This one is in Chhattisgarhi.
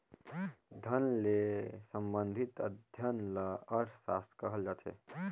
धन ले संबंधित अध्ययन ल अर्थसास्त्र कहल जाथे